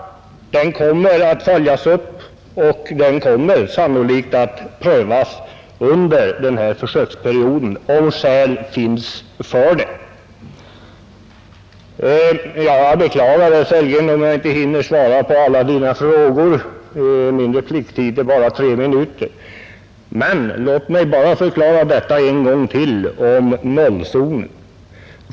Den kommer att följas upp, och den kommer sannolikt att prövas under den här försöksperioden, om skäl finns för det. Jag beklagar att jag inte hinner svara på herr Sellgrens alla frågor, eftersom min repliktid är bara tre minuter. Men låt mig förklara detta med nollzonen en gång till.